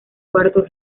cuarto